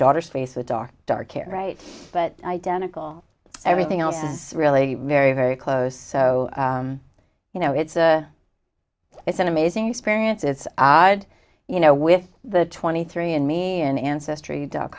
daughter's face a dark dark hair right but identical everything else is really very very close so you know it's it's an amazing experience it's odd you know with the twenty three and me and ancestry dot